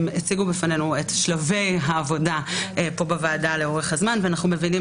הם הציגו בפנינו כאן בוועדה את שלבי העבודה לאורך הזמן ואנחנו מבינים